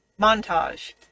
Montage